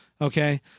okay